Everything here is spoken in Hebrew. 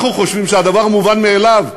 אנחנו חושבים שהדבר מובן מאליו,